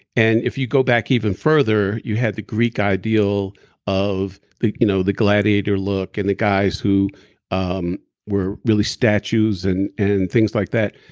and if you go back even further, you had the greek ideal of the you know the gladiator look and the guys who um were really statues and and things like that.